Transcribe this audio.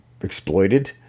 exploited